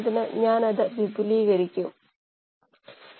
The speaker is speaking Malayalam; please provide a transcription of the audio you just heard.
പന്ത് വികൃതമാവുന്നുഅല്ലേ